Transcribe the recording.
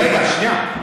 רגע, שנייה.